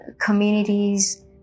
communities